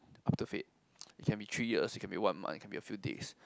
up to fate it can be three years it can be one month it could be a few days